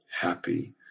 happy